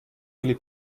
der